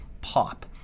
pop